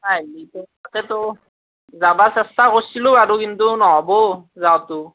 আইলিতো তাকেতো যাব চেষ্টা কৰিছিলো আৰু কিন্তু নহ'ব যোৱাটো